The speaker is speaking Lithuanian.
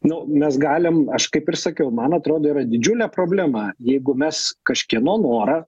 nu mes galim aš kaip ir sakiau man atrodo yra didžiulė problema jeigu mes kažkieno norą